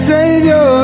Savior